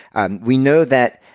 and we know that